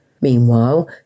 Meanwhile